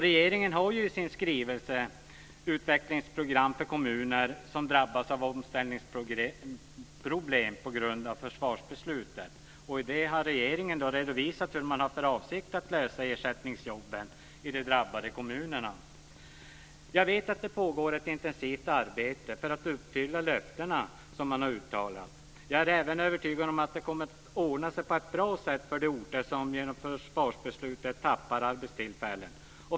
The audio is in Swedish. Regeringen har i sin skrivelse Utvecklingsprogram för kommuner med särskilda omställningsproblem främst på grund av strukturomvandlingar inom Försvarsmakten redovisat hur man har för avsikt att lösa problemen med ersättningsjobben i de drabbade kommunerna. Jag vet att det pågår ett intensivt arbete för att uppfylla de uttalade löftena. Jag är även övertygad om att det kommer att ordna sig på ett bra sätt för de orter som på grund av försvarsbeslutet tappar arbetstillfällen.